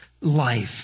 life